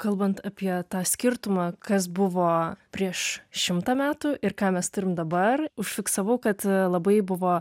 kalbant apie tą skirtumą kas buvo prieš šimtą metų ir ką mes turim dabar užfiksavau kad labai buvo